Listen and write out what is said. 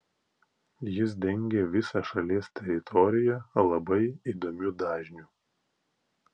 jis dengė visą šalies teritoriją labai įdomiu dažniu